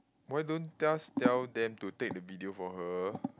why don't just tell them to take the video for her